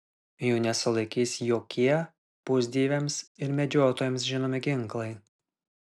jų nesulaikys jokie pusdieviams ir medžiotojoms žinomi ginklai